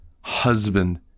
husband